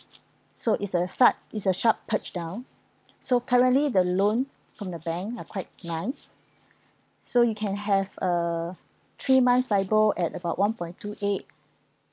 so is a such is a sharp perch down so currently the loan from the bank are quite nice so you can have uh three months SIBOR at about one point two eight